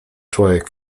człowiek